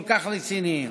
כל כך רציניים.